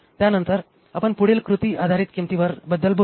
त्यानंतर आपण पुढील कृती आधारित किंमतीबद्दल बोलू